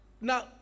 now